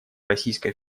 российской